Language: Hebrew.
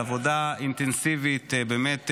על עבודה אינטנסיבית באמת,